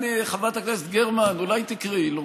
חברת הכנסת גרמן, אולי תקראי לו?